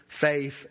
faith